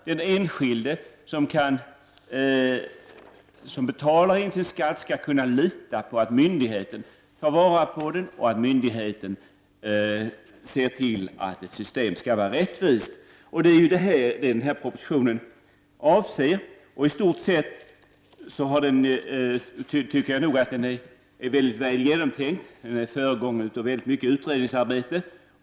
Den enskilde som betalar in sin skatt skall kunna lita på att myndigheten tar vara på den och att myndigheten ser till att systemet är rättvist. Den här propositionen gäller ju dessa saker. Jag tycker också att den i stort sett är mycket väl genomtänkt. Den har föregåtts av mycket utredningsarbete.